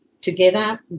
together